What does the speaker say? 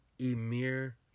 Emir